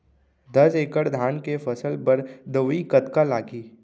दस एकड़ धान के फसल बर दवई कतका लागही?